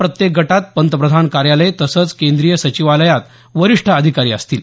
प्रत्येक गटात पंतप्रधान कार्यालय तसंच केंद्रीय सचिवालयात वरिष्ठ अधिकारी असतील